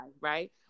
right